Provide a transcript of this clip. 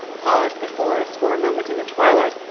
paused before us for a moment in the twilight,